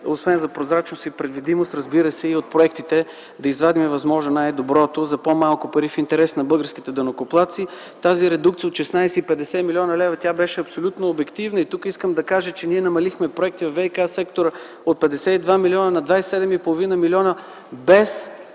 освен за прозрачност и предвидимост, разбира се, и от проектите да извадим възможно най-доброто за по-малко пари в интерес на българските данъкоплатци. Тази редукция от 16,50 млн. лв. беше абсолютно обективна. Тук искам да кажа, че ние намалихме проекти във ВиК-сектора от 52 милиона на 27,5 милиона, без